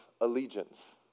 allegiance